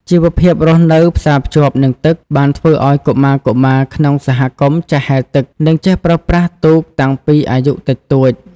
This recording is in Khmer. ជីវភាពរស់នៅផ្សារភ្ជាប់នឹងទឹក បានធ្វើឱ្យកុមារៗក្នុងសហគមន៍ចេះហែលទឹក និងចេះប្រើប្រាស់ទូកតាំងពីអាយុតិចតួច។